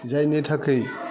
जायनि थाखै